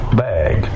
bag